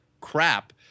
crap